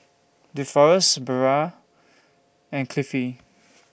Deforest Barbara and Cliffie